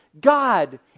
God